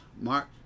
Mark